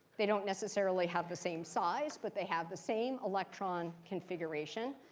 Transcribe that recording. they don't necessarily have the same size, but they have the same electron configuration.